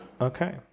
Okay